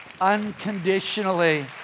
unconditionally